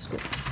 for